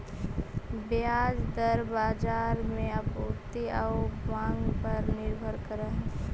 ब्याज दर बाजार में आपूर्ति आउ मांग पर निर्भर करऽ हइ